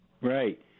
Right